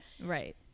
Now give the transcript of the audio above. right